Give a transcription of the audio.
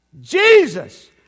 Jesus